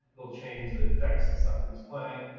he'll change the effects and stuff that he's playing.